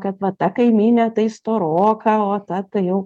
kad va ta kaimynė tai storoka o ta tai jau